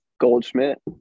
Goldschmidt